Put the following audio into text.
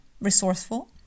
resourceful